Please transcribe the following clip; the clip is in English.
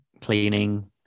cleaning